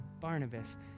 Barnabas